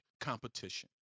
competition